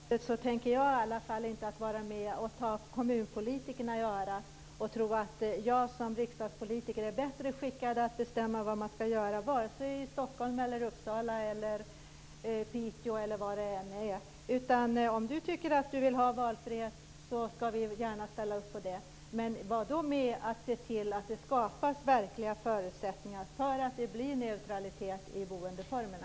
Herr talman! På det här området tänker jag i alla fall inte vara med och ta kommunpolitikerna i örat och tro att jag som riksdagspolitiker är bättre skickad att bestämma vad man skall göra i vare sig Stockholm, Uppsala, Piteå eller var det än är. Om Anders Ygeman tycker att han vill ha valfrihet skall vi gärna ställa upp på det, men då får han vara med och se till att det skapas verkliga förutsättningar för neutralitet i boendeformerna.